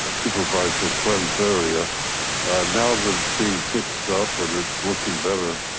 supervisor friend's area now that it's being fixed up and it's looking better,